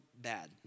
bad